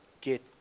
get